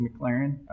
McLaren